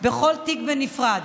בכל תיק בנפרד.